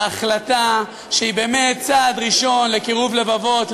על החלטה שהיא באמת צעד ראשון לקירוב לבבות,